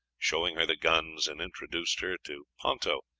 showing her the guns, and introduced her to ponto,